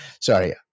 Sorry